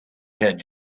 had